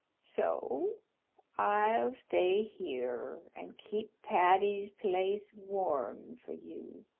so i'll stay here and keep patty's place warm for you.